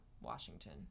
Washington